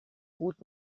gut